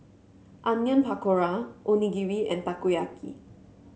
Onion Pakora Onigiri and Takoyaki